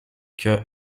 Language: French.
que